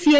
CI